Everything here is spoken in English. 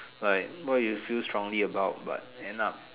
like what you feel strongly about but end up